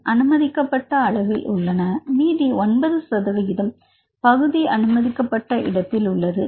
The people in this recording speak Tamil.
இவை அனுமதிக்கப்பட்ட அளவில் உள்ளன மீதி 9 சதவிகிதம் பகுதி அனுமதிக்கப்பட்ட இடத்தில் உள்ளது